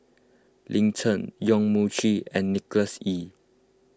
Lin Chen Yong Mun Chee and Nicholas Ee